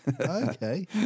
okay